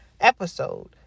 episode